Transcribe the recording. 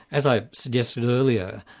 as i suggested earlier,